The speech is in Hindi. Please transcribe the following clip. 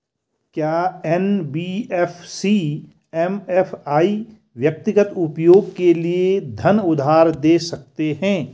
क्या एन.बी.एफ.सी एम.एफ.आई व्यक्तिगत उपयोग के लिए धन उधार दें सकते हैं?